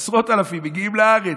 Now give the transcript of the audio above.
עשרות אלפים מגיעים לארץ,